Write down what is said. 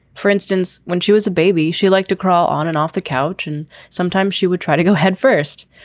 for instance, when she was a baby, she like to crawl on and off the couch, and sometimes she would try to go headfirst.